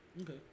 Okay